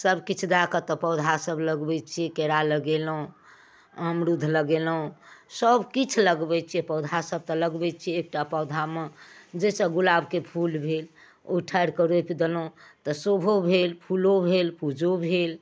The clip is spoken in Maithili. सबकिछु दऽ कऽ तब पौधासब लगबै छिए केरा लगेलहुँ अमरुद लगेलहुँ सबकिछु लगबै छिए पौधासब तऽ लगबै छिए एकटा पौधामे जाहिसँ गुलाबके फूल भेल ओ ठाढ़िके रोपि देलहुँ तऽ शोभो भेल फूलो भेल पूजो भेल